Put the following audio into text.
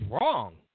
wrong